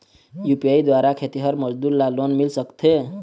UPI द्वारा खेतीहर मजदूर ला लोन मिल सकथे?